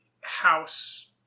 house